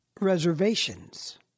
reservations